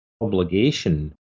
obligation